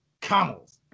camels